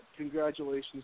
Congratulations